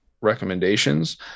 recommendations